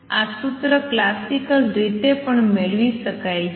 આ સૂત્ર ક્લાસિકલ રીતે પણ મેળવી શકાય છે